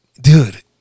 dude